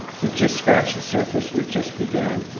we've just scratched the surface, we've just begun.